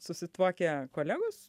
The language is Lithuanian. susituokę kolegos